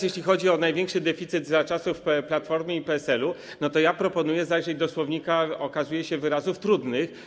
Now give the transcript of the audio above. Jeśli chodzi o największy deficyt za czasów Platformy i PSL-u, to proponuję zajrzeć do słownika - okazuje się - wyrazów trudnych.